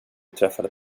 träffade